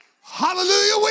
Hallelujah